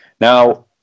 Now